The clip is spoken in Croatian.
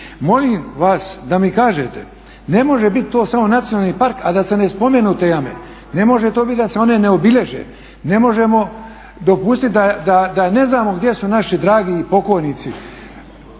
Molim vas da mi kažete ne može biti to samo nacionalni park a da se ne spomenu te jame, ne može to biti da se one ne obilježe, ne možemo dopustiti da ne znamo gdje su naši dragi i pokojnici.